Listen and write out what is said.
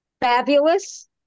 fabulous